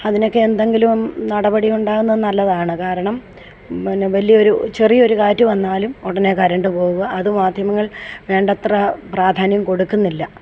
അതിനൊക്കെ എന്തെങ്കിലും നടപടി ഉണ്ടാകുന്നത് നല്ലതാണ് കാരണം പിന്നെ വലിയൊരു ചെറിയൊരു കാറ്റു വന്നാലും ഉടനെ കറണ്ട് പോകും അത് മാധ്യമങ്ങൾ വേണ്ടത്ര പ്രാധാന്യം കൊടുക്കുന്നില്ല